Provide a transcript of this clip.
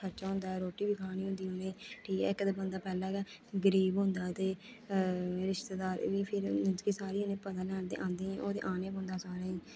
खर्चा होंदा ऐ रोटी बी खलानी होंदी उ'नेंगी ठीक ऐ इक ते बंदा पैह्लै गै गरीब होंदा ते रिश्तेदार ते फिर मतलब कि सारे जने पता लैन आंदे ओह् ते आने पौंदा सारें गी